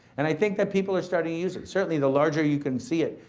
and i think that people are starting to use it. certainly, the larger you can see it,